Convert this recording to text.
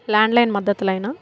landline మద్ధతు లైనా